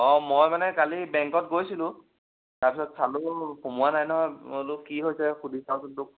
অঁ মই মানে কালি বেংকত গৈছিলোঁ তাৰপিছত চালোঁ সোমোৱা নাই নহয় মই বোলো কি হৈছে সুধি চাওঁচোন তোক